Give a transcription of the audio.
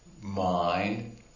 Mind